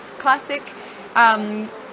classic